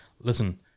listen